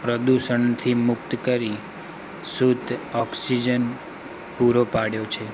પ્રદૂષણથી મુક્ત કરી શુદ્ધ ઓક્સિજન પૂરો પાડ્યો છે